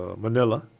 Manila